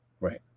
Right